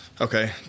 Okay